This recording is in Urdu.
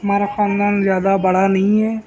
ہمارا خاندان زیادہ بڑا نہیں ہے